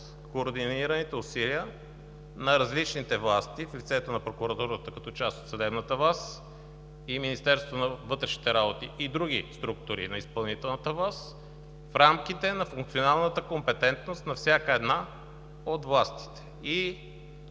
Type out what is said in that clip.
координираните усилия на различните власти в лицето на прокуратурата като част от съдебната власт, Министерството на вътрешните работи и други структури на изпълнителната власт в рамките на функционалната компетентност на всяка една от властите.